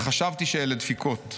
וחשבתי שאלה דפיקות'.